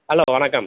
hello வணக்கம்